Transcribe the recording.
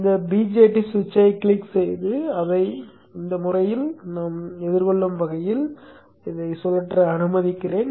இந்த BJT சுவிட்சைக் click செய்து அதை இந்த பாணியில் எதிர்கொள்ளும் வகையில் சுழற்ற அனுமதிக்கிறேன்